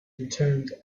returned